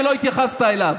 ולא התייחסת אליו,